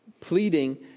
pleading